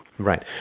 Right